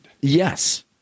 yes